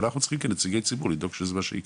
ואנחנו צריכים כנציגי שירות לדאוג שזה מה שיקרה.